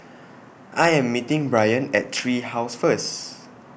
I Am meeting Bryan At Tree House First